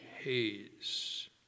haze